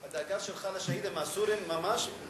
הדאגה שלך לשהידים הסורים ממש,